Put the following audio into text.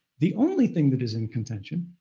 the only thing that is in contention